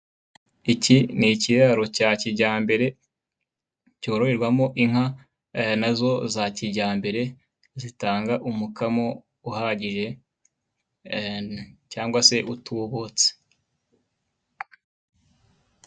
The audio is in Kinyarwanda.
Iki ni ni ikiraro cya kijyambere, cyororerwamo inka nazo za kijyambere, zitanga umukamo uhagije cyangwa se utubutse.